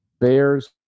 Bears